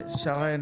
שרן.